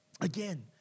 Again